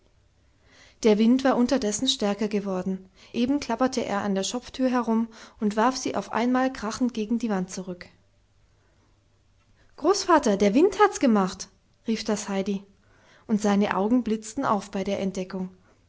der wind war unterdessen stärker geworden eben klapperte er an der schopftür herum und warf sie auf einmal krachend gegen die wand zurück großvater der wind hat's gemacht rief das heidi und seine augen blitzten auf bei der entdeckung